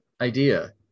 idea